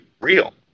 real